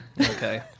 Okay